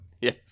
Yes